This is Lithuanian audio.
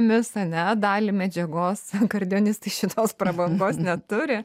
mes ane dalį medžiagos akordeonistai šitos prabangos neturi